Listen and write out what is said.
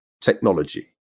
technology